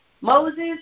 Moses